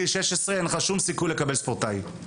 אין לך שום סיכוי לקבל מעמד ספורטאי.